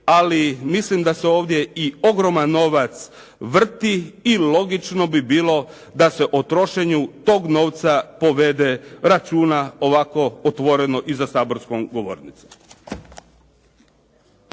ali mislim da se ovdje i ogroman novac vrti i logično bi bilo da se o trošenju tog novca povede računa ovako otvoreno i za saborskom govornicom.